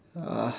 uh